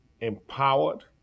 empowered